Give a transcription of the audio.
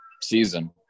season